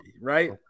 right